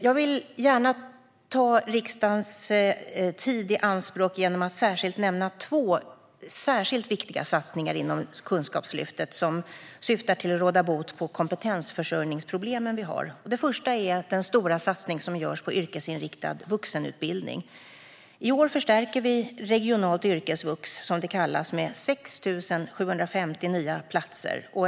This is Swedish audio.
Jag vill gärna ta riksdagens tid i anspråk för att nämna två särskilt viktiga satsningar inom Kunskapslyftet som syftar till att råda bot på de kompetensförsörjningsproblem vi har. Den första är den stora satsning som görs på yrkesinriktad vuxenutbildning. I år förstärker vi regionalt yrkesvux, som det kallas, med 6 750 nya platser.